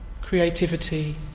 creativity